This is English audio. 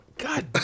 God